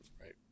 Right